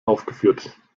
aufgeführt